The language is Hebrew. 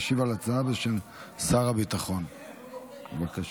בבקשה,